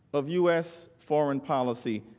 of u s. foreign policy.